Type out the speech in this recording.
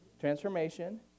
transformation